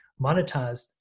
monetized